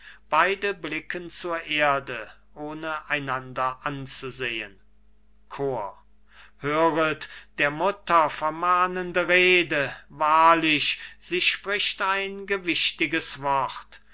beide blicken zur erde ohne einander anzusehen chor cajetan höret der mutter vermahnende rede wahrlich sie spricht ein gewichtiges wort